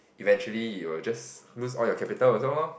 eventually you will just lose all your capital also lor